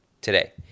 today